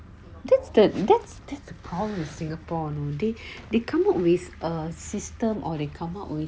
that's the that's the problem with singapore know they come up with a system or they come up with